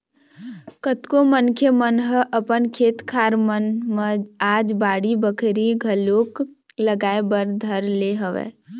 कतको मनखे मन ह अपन खेत खार मन म आज बाड़ी बखरी घलोक लगाए बर धर ले हवय